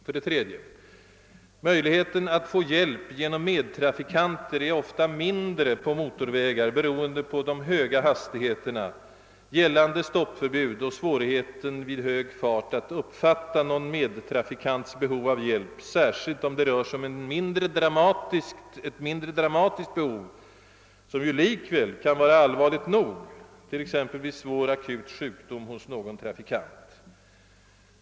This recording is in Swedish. För det tredje: Möjligheten att få hjälp genom medtrafikanter är ofta mindre på motorvägar på grund av de höga hastigheterna, gällande stoppförbud och svårigheten att i hög fart uppfatta en medtrafikants behov av hjälp, särskilt om det rör sig om ett mindre dramatiskt behov som likväl kan vara allvarligt nog, t.ex. vid svår akut sjukdom.